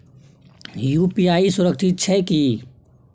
UPI सुरक्षित छै की?